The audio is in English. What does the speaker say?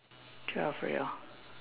twelve already hor